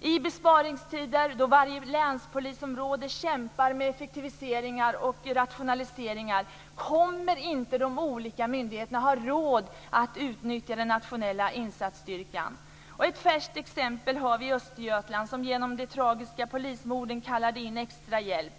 I besparingstider, då varje länspolisområde kämpar med effektiviseringar och rationaliseringar, kommer inte de olika myndigheterna att ha råd att utnyttja Nationella insatsstyrkan. Ett färskt exempel har vi i Östergötland som genom de tragiska polismorden kallade in extra hjälp.